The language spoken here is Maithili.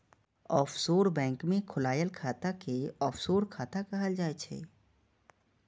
ऑफसोर बैंक मे खोलाएल खाता कें ऑफसोर खाता कहल जाइ छै